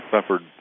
suffered